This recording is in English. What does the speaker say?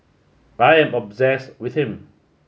I am obsessed with him